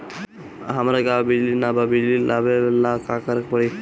हमरा गॉव बिजली न बा बिजली लाबे ला का करे के पड़ी?